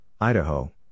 Idaho